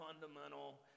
fundamental